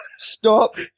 Stop